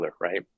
right